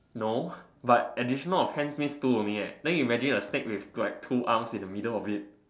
no but and it's not a hand means two only eh then imagine a snake with like two arms in the middle of it